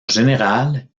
général